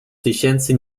tysięcy